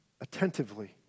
attentively